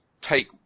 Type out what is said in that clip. take